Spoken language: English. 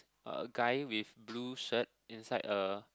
uh guy with blue shirt inside a